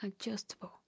adjustable